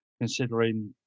considering